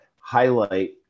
highlight